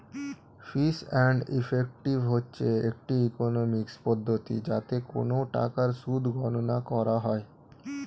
fees and effective হচ্ছে একটি economics পদ্ধতি যাতে কোন টাকার সুদ গণনা করা হয়